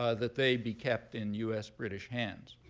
ah that they be kept in us-british hands.